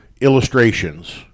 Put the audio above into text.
illustrations